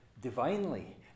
divinely